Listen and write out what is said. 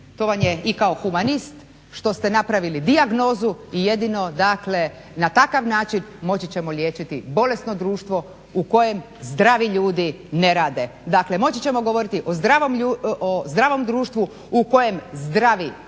to vam je i kao humanist što ste napravili dijagnozu i jedino dakle, na takav način moći ćemo liječiti bolesno društvo u kojem zdravi ljudi ne rade. Dakle, moći ćemo govoriti o zdravom društvu u kojem zdravi rade,